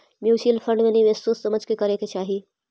mutual fund में निवेश सोच समझ के करे के चाहि